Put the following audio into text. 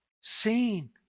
seen